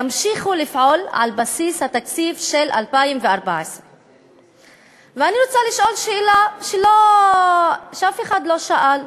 ימשיכו לפעול על בסיס התקציב של 2014. ואני רוצה לשאול שאלה שאף אחד לא שאל: